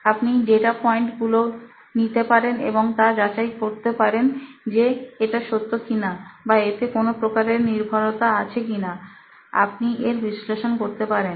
আপনি data point গুলো নিতে পারেন এবং তা যাচাই করতে পারেন যে এটা সত্য কিনা বা এতে কোন প্রকারের নির্ভরতা আছে কিনা আপনি এর বিশ্লেষণ করতে পারেন